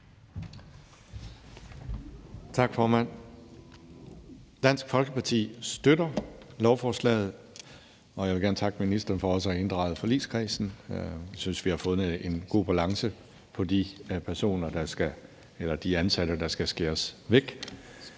Tak, formand. Dansk Folkeparti støtter lovforslaget, og jeg vil gerne takke ministeren for også at have inddraget forligskredsen. Jeg synes, vi har fundet en god balance i forhold til de ansatte, der skal skæres væk.